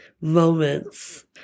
moments